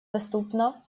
доступно